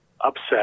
upset